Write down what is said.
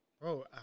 Bro